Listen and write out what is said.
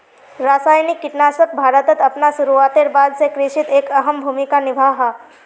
रासायनिक कीटनाशक भारतोत अपना शुरुआतेर बाद से कृषित एक अहम भूमिका निभा हा